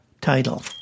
title